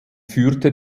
führte